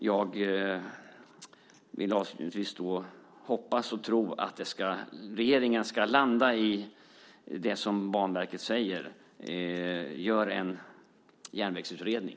Jag vill avslutningsvis hoppas och tro att regeringen ska landa i det som Banverket säger: Gör en järnvägsutredning.